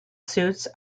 suits